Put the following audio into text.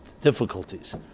difficulties